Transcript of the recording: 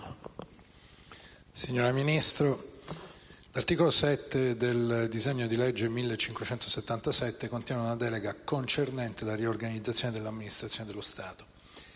Signora Ministra, l'articolo 7 del disegno di legge n. 1577 contiene una delega concernente la riorganizzazione dell'amministrazione dello Stato.